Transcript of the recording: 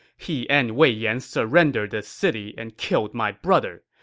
he and wei yan surrendered the city and killed my brother.